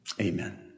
Amen